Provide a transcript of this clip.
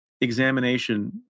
examination